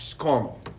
Caramel